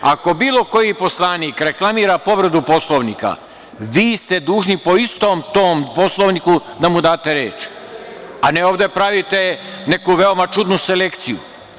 Ako bilo koji poslanik reklamira povredu Poslovnika, vi ste dužni po istom tom Poslovniku da mu date reč, a ne ovde da pravite neku veoma čudnu selekciju.